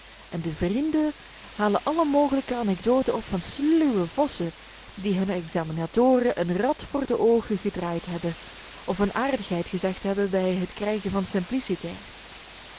en de vrienden halen alle mogelijke anekdoten op van sluwe vossen die hunne examinatoren een rad voor de oogen gedraaid hebben of een aardigheid gezegd bij het krijgen van simpliciter